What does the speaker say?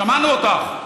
שמענו אותך.